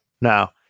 Now